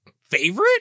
favorite